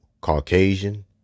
Caucasian